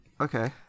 okay